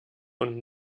und